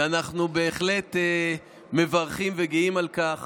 ואנחנו בהחלט מברכים וגאים על כך